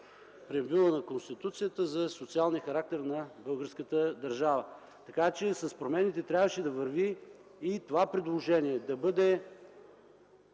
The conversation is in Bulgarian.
преамбюла на Конституцията за социалния характер на българската държава. Така че с промените трябваше да върви и това предложение – да бъде